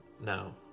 No